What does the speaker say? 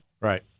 Right